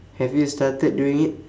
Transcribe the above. have you started doing it